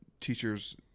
teachers